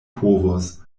povus